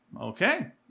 okay